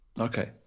Okay